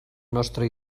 nostre